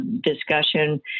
discussion